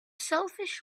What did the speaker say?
selfish